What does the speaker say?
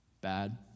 Bad